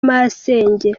masenge